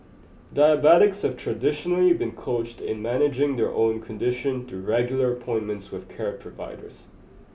diabetics have traditionally been coached in managing their own condition through regular appointments with care providers